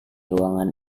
ruangan